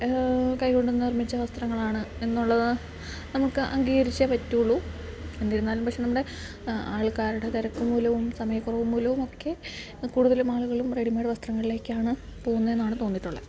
കൈ കൊണ്ട് നിർമ്മിച്ച വസ്ത്രങ്ങളാണ് എന്നുള്ളത് നമുക്ക് അംഗീകരിച്ചേ പറ്റൂള്ളൂ എന്നിരുന്നാലും പക്ഷെ നമ്മുടെ ആൾക്കാരുടെ തിരക്ക് മൂലവും സമയക്കുറവ് മൂലവും ഒക്കെ കൂടുതലും ആളുകളും റെഡിമേയ്ഡ് വസ്ത്രങ്ങളിലേക്കാണ് പോകുന്നത് എന്നാണ് തോന്നിയിട്ടുള്ളൂ